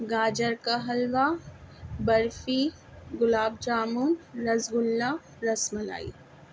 گاجر کا حلوہ برفی گلاب جامن رس گلہ رس ملائی